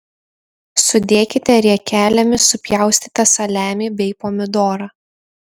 sudėkite riekelėmis supjaustytą saliamį bei pomidorą